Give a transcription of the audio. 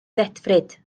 ddedfryd